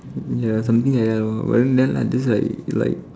ya something like that lor but then like that's like like